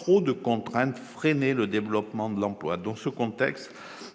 excès de contraintes, freiner le développement de l'emploi. Dans ce contexte,